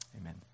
Amen